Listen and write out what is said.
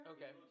Okay